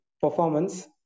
performance